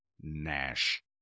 Nash